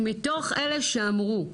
אם מתוך אלו שאמרו,